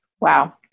Wow